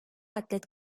atlet